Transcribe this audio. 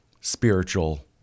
spiritual